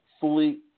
fully